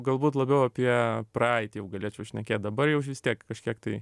galbūt labiau apie praeitį jau galėčiau šnekėt dabar jau aš vis tiek kažkiek tai